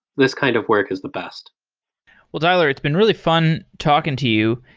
this kind of work is the best well tyler, it's been really fun talking to you.